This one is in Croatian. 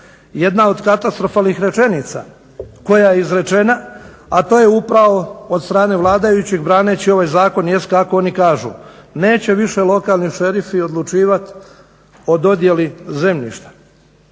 Jedna od katastrofalnih rečenica koja je izrečena, a to je upravo od strane vladajućih braneći ovaj zakon jest kako oni kažu, neće više lokalni šerifi odlučivati o dodjeli zemljišta.